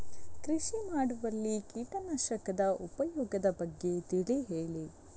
ಕೃಷಿ ಮಾಡುವಲ್ಲಿ ಕೀಟನಾಶಕದ ಉಪಯೋಗದ ಬಗ್ಗೆ ತಿಳಿ ಹೇಳಿ